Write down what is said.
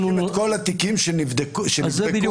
בודקים את כל התיקים --- זה בדיוק